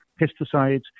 pesticides